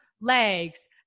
legs